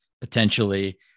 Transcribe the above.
potentially